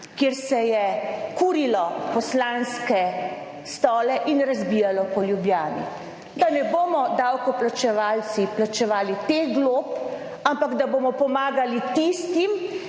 kjer se je kurilo poslanske stole in razbijalo po Ljubljani. Da ne bomo davkoplačevalci plačevali teh glob, ampak da bomo pomagali tistim,